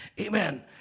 Amen